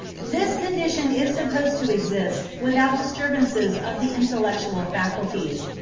this condition is supposed to exist without disturbances of the intellectual faculties,